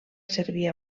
servir